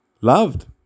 loved